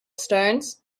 stones